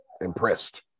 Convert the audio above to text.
impressed